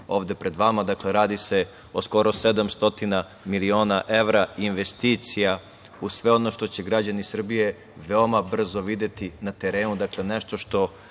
ovde pred vama. Dakle, radi se o skoro 700 miliona evra investicija u sve ono što će građani Srbije veoma brzo videti na terenu, dakle, nešto što